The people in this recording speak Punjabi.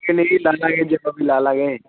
ਜਿੰਮ ਵੀ ਲਾ ਲਵਾਂਗੇ